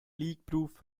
leakproof